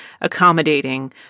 accommodating